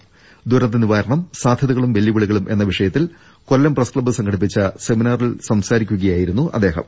ദുരന്തനിവാരണം സാധൃതകളും വെല്ലുവിളികളും എന്ന വിഷയത്തിൽ കൊല്ലം പ്രസ് ക്ലബ്ബ് സംഘടിപ്പിച്ച സെമിനാ റിൽ സംസാരിക്കുകയായിരുന്നു അദ്ദേഹം